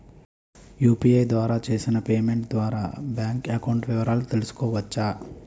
UPI ద్వారా చేసిన payment ద్వారా బ్యాంక్ అకౌంట్ వివరాలు తెలుసుకోవచ్చ?